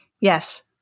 Yes